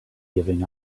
giving